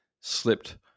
slipped